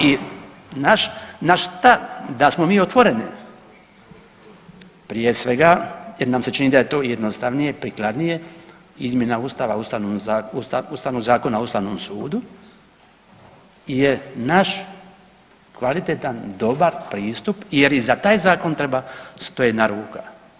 I naš, naš stav da smo mi otvoreni prije svega jer nam se čini da je to jednostavnije, prikladnije izmjena Ustava, Ustavnog zakona o Ustavnom sudu je naš kvalitetan dobar pristup jer i za taj zakon treba 101 ruka.